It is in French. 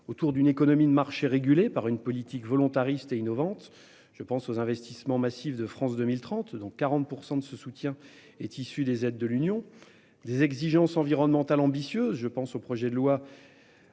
autour d'une économie de marché régulé par une politique volontariste et innovante. Je pense aux investissements massifs de France 2030 dont 40% de ce soutien est issu des aides de l'Union des exigences environnementales ambitieuses. Je pense au projet de loi.